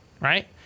right